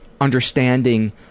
understanding